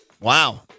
Wow